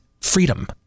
freedom